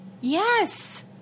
Yes